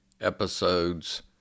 episodes